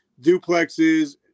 duplexes